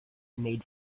made